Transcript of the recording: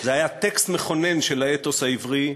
זה היה טקסט מכונן של האתוס העברי,